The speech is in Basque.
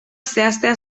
zehaztea